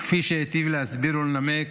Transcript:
כפי שהיטיבו להסביר ולנמק